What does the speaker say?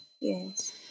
Yes